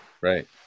right